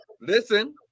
listen